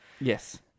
Yes